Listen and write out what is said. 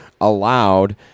allowed